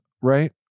right